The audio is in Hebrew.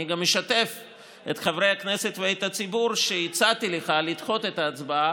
אני גם אשתף את חברי הכנסת ואת הציבור שהצעתי לך לדחות את ההצבעה,